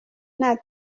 ntara